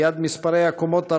ליד מספרי הקומות הרגילים,